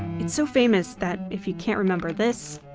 it's so famous that if you can't remember this,